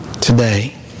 today